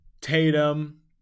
Tatum